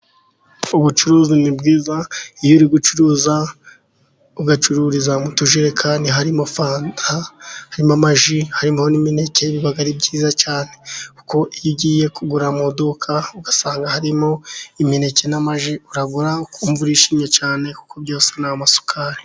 Ubucuruzi ni bwiza iyo uri gucuruza, ugacururiza mu tujerekani harimo fanta, harimo ji, harimo n'imineke. Biba ari byiza cyane kuko iyo ugiye kugura mu duka ugasanga harimo imineke na ji uragura, ukumva urishimye cyane kuko byose ni amasukari.